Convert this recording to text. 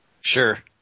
sure